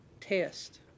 test